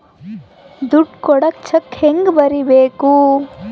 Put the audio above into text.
ದುಡ್ಡು ಕೊಡಾಕ ಚೆಕ್ ಹೆಂಗ ಬರೇಬೇಕು?